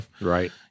Right